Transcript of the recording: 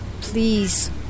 Please